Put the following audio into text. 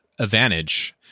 advantage